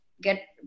get